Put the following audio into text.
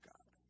God